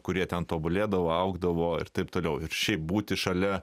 kurie ten tobulėdavo augdavo ir taip toliau ir šiaip būti šalia